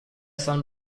sun